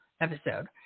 episode